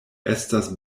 estas